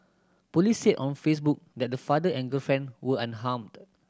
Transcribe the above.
police said on Facebook that the father and girlfriend were unharmed